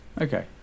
okay